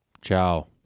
Ciao